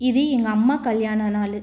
இது எங்கள் அம்மா கல்யாண நாள்